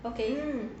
okay